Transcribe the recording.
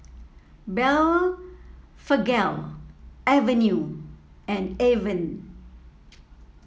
Blephagel Avene and Avene